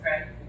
okay